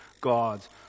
God's